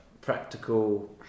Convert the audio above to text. practical